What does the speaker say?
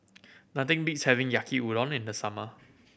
nothing beats having Yaki Udon in the summer